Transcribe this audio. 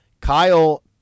Kyle